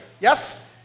Yes